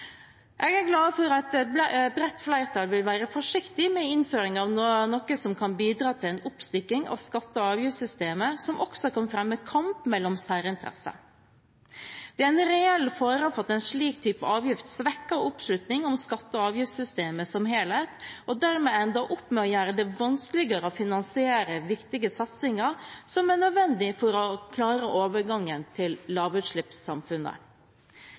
Jeg er glad for at et bredt flertall vil være forsiktig med innføring av noe som kan bidra til en oppstykking av skatte- og avgiftssystemet, og som også kan fremme kamp mellom særinteresser. Det er en reell fare for at en slik type avgift svekker oppslutningen om skatte- og avgiftssystemet som helhet og dermed ender med å gjøre det vanskeligere å finansiere viktige satsinger som er nødvendig for å klare overgangen til lavutslippssamfunnet.